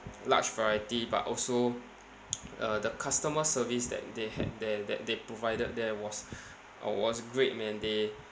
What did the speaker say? large variety but also uh the customer service that they had there that they provided there was uh was great man they